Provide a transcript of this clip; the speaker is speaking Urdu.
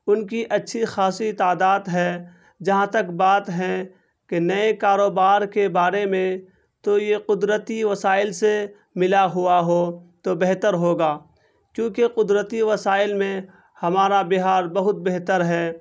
ان کی اچھی خاصی تعداد ہے جہاں تک بات ہے کہ نئے کاروبار کے بارے میں تو یہ قدرتی وسائل سے ملا ہوا ہو تو بہتر ہوگا کیونکہ قدرتی وسائل میں ہمارا بہار بہت بہتر ہے